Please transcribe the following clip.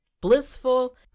blissful